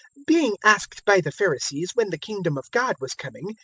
being asked by the pharisees when the kingdom of god was coming,